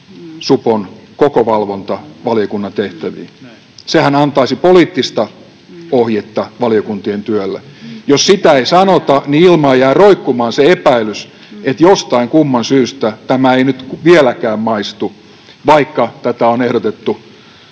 supon koko valvonta valiokunnan tehtäviin. Sehän antaisi poliittista ohjetta valiokuntien työlle. Jos sitä ei sanota, niin ilmaan jää roikkumaan se epäilys, että jostain kumman syystä tämä ei nyt vieläkään maistu, vaikka tätä on ehdotettu